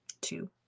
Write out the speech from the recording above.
Two